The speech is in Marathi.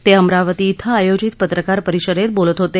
ते अमरावती इथं आयोजित पत्रकार परिषदेत बोलत होते